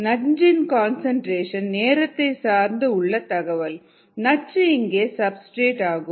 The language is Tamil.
நஞ்சின் கன்சன்ட்ரேஷன் நேரத்தை சார்ந்து உள்ள தகவல் நச்சு இங்கே சப்ஸ்டிரேட் ஆகும்